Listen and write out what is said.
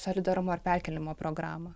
solidarumo ar perkėlimo programą